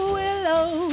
willow